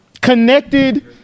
connected